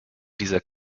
dieser